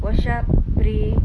wash up pray